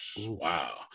Wow